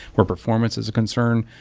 or performance is a concern,